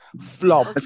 Flop